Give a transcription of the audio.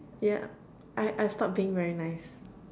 yeah I I stopped being very nice